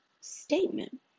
statement